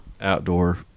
Outdoor